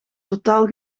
totaal